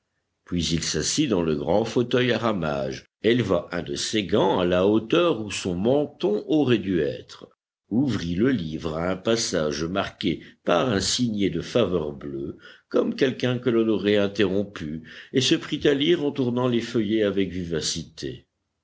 puis il s'assit dans le grand fauteuil à ramages éleva un de ses gants à la hauteur où son menton aurait dû être ouvrit le livre à un passage marqué par un signet de faveur bleue comme quelqu'un que l'on aurait interrompu et se prit à lire en tournant les feuillets avec vivacité